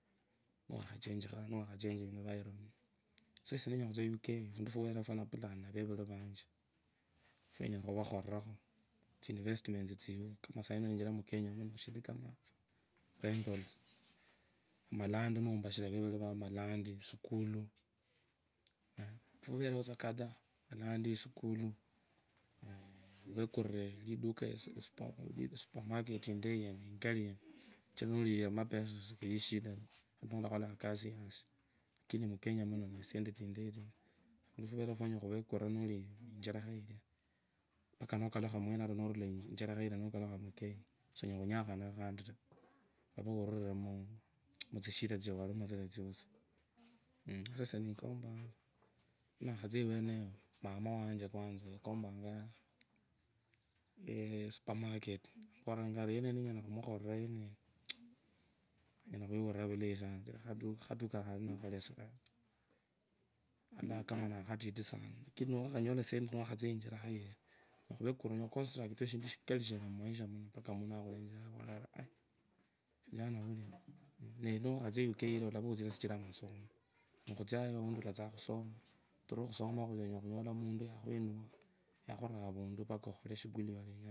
Wakhachechisha niwakhachecha eniurunmenti kama esie nenyala khutsia u. k fundi fuvereo fwenyala khukhurifa avevuri vanje shidu kama rentals, malandi shindu kama malandi school fundu fuverewu tsakadhaa orekurure eliduka, supermarket indayi yene, yoliyifoa mapesa namakali sana, fundu fuvereo fwonyala khuvekurira noli icherekha ilio, mpaka nukalukha mukenya sunyala khunyakhana khandi taa, alavaa ururire mutsishida tsiawalimo tsilia tsosi sasa esie ndikompanga ninakhatsia iweneyo mama wanje kwanza yekompangaa eeeeeh supermarket. Yomburiranga ari yeneyo nenyala khumukhurera yeneyo anyala khwiwurira vulayi sana. Khaduka khali ninakhokhalia alalanga kama nakhatit sana lakini niwakhanyola tsisendi niwakhatsia injerekha ilia unyala khuvekurira unyakhuvasurprise shindu shikali shene mumaisha mapaka muntu nakhulechera avule ali aaaa kijana ulia. Nee niwakhatsia u. k yilia ulava utore sichira amasomo, onyala khutsiu through masomo, nonyola muntu yakhwinula yakhuria avuntu mpaka pkhulee eshindu sholenyanga